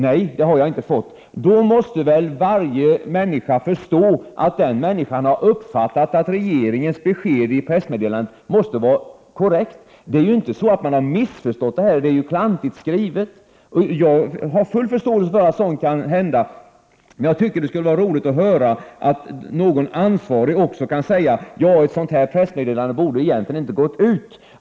Nej, det har jag inte fått.” Då måste väl varje människa förstå att den människan har uppfattat att regeringens besked i pressmeddelandet är korrekt? Det är ju inte så att man har missförstått det; det är helt enkelt klantigt skrivet. Jag har full förståelse för att sådant kan hända, men det skulle vara roligt att höra att också någon ansvarig kan säga: ”Ett sådant här pressmeddelande borde egentligen inte ha gått ut”.